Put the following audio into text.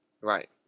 Right